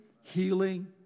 healing